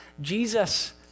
Jesus